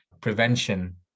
prevention